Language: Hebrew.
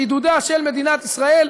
בעידודה של מדינת ישראל,